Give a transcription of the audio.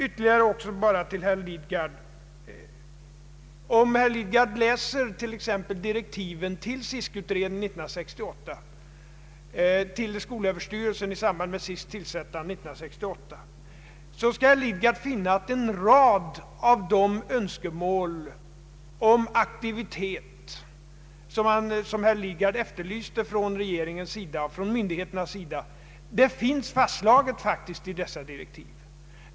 Ytterligare till herr Lidgard: Om han läser t.ex. direktiven till skolöverstyrelsen i samband med SISK:s tillsättande 1968 skall han finna att en rad av de önskemål om aktivitet från regeringens och myndigheternas sida som herr Lidgard efterlyste redan finns fastslagna där.